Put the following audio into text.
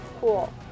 Cool